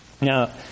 Now